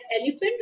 elephant